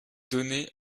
donné